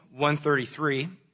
133